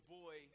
boy